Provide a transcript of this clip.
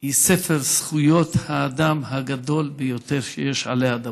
היא ספר זכויות האדם הגדול ביותר שיש עלי אדמות.